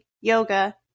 yoga